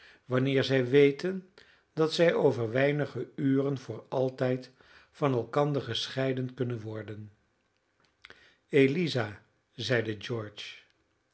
wanneer zij weten dat zij over weinige uren voor altijd van elkander gescheiden kunnen worden eliza zeide